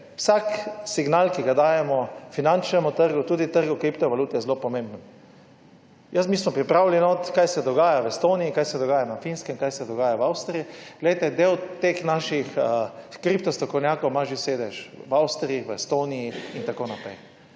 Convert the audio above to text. vsak signal, ki ga dajemo finančnemu trgu, tudi trgu kriptovalut, je zelo pomemben. Mi smo pripravili notri, kaj se dogaja v Estoniji, kaj se dogaja na Finskem, kaj se dogaja v Avstriji. Del teh naših kripto strokovnjakov ima že sedež v Avstriji, v Estoniji in tako naprej.